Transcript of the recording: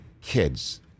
kids